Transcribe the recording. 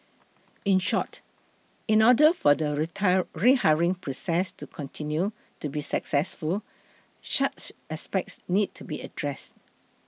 in short in order for the rehiring process to continue to be successful such aspects need to be addressed